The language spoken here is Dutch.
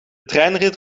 treinrit